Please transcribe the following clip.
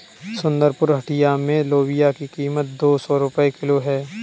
सुंदरपुर हटिया में लोबिया की कीमत दो सौ रुपए किलो है